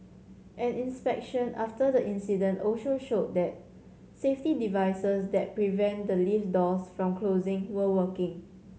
an inspection after the incident also showed that safety devices that prevent the lift doors from closing were working